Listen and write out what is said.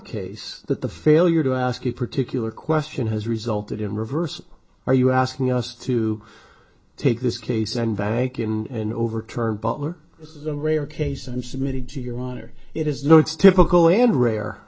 case that the failure to ask a particular question has resulted in reverse are you asking us to take this case and back in and overturn butler the rare case and submitted to your honor it is no it's typical and rare